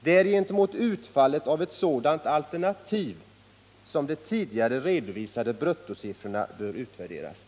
Det är gentemot utfallet av ett sådant alternativ som de tidigare redovisade bruttosiffrorna bör utvärderas.”